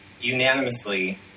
unanimously